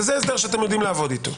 זה הסדר שאתם יודעים לעבוד איתו,